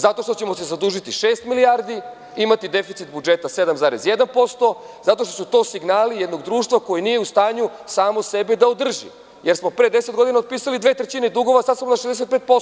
Zato što ćemo se zadužiti šest milijardi, imati deficit budžeta 7,1%, zato što su to signali jednog društva koji nije u stanju samo sebe da održi, jer smo pre deset godina otpisali dve trećini dugova, a sad smo na 65%